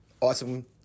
Awesome